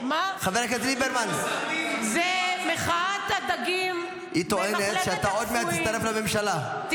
היא טוענת שאתה עוד מעט תצטרף לממשלה,